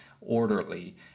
orderly